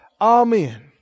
Amen